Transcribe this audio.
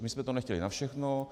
My jsme to nechtěli na všechno.